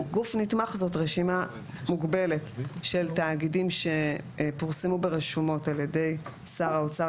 גוף נתמך זאת רשימה מוגבלת של תאגידים שפורסמו ברשומות על ידי שר האוצר,